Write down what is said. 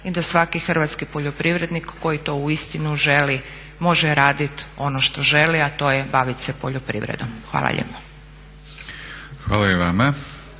i da svaki hrvatski poljoprivrednik koji to uistinu želi može radit ono što želi, a to je bavit se poljoprivredom. Hvala lijepo. **Batinić,